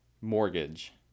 mortgage